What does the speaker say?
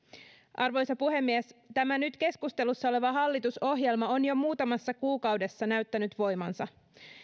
arvoisa puhemies tämä nyt keskustelussa oleva hallitusohjelma on jo muutamassa kuukaudessa näyttänyt voimansa